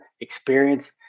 experience